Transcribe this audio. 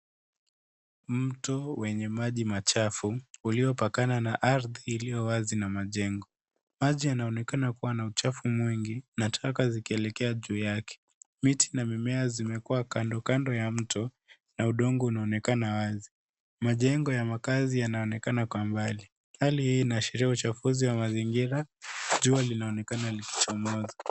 Mto wenye maji machafu uliopakana na ardhi iliyowazi na majengo. Maji yanonekana kuwa na uchafu mwingi na taka zikielekea juu yake. Miti na mimea zimekua kando kando ya mto na udongo unaonekana wazi. Majengo ya makazi yanaonekana kwa mbali. Hali hii inaashiria uchafuzi wa mazingira. Jua linaonekana likichomoza.